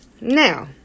Now